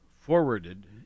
forwarded